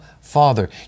Father